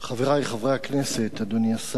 חברי חברי הכנסת, אדוני השר,